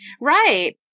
Right